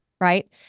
Right